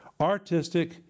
artistic